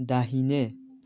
दाहिने